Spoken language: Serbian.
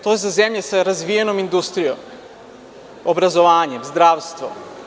To su zemlje sa razvijenom industrijom, obrazovanjem, zdravstvom.